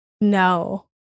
No